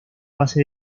base